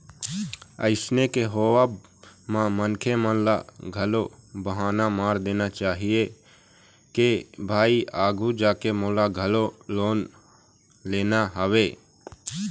अइसन के होवब म मनखे मन ल घलोक बहाना मार देना चाही के भाई आघू जाके मोला घलोक लोन लेना हवय